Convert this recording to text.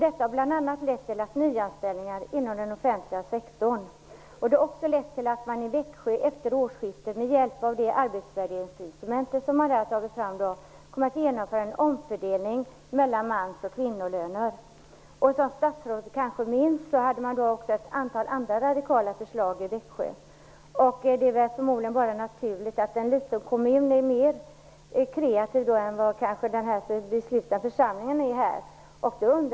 Det har bl.a. lett till nyanställningar inom den offentliga sektorn. Det har också lett till att man i Växjö efter årsskiftet med hjälp av det arbetsvärderingsinstrument som har tagits fram kommer att genomföra en omfördelning mellan mans och kvinnolöner. Som statsrådet kanske minns hade man också ett antal andra radikala förslag i Växjö. Det är förmodligen bara naturligt att en liten kommun är mer kreativ än vad denna beslutande församling är.